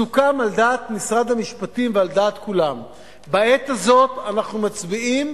סוכם על דעת משרד המשפטים ועל דעת כולם שבעת הזאת אנחנו מצביעים